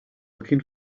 looking